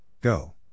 Go